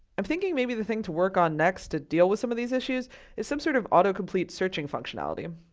i'm thinking maybe the thing to work on next to deal with some of these issues is some sort of auto complete searching functionality.